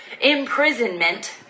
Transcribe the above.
imprisonment